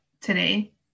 today